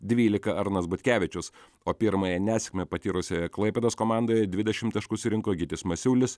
dvylika arnas butkevičius o pirmąją nesėkmę patyrusioje klaipėdos komandoje dvidešim taškų surinko gytis masiulis